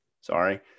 Sorry